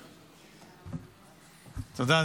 תודה.